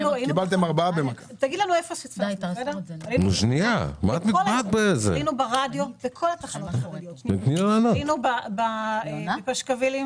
תגיד לנו --- היינו ברדיו בכל התחנות --- היינו בפשקווילים